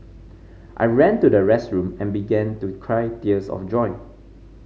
I ran to the restroom and began to cry tears of joy